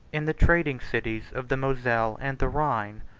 in the trading cities of the moselle and the rhine,